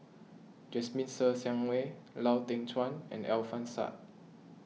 Jasmine Ser Xiang Wei Lau Teng Chuan and Alfian Sa'At